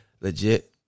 legit